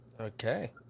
Okay